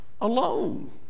alone